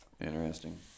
Interesting